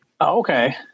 Okay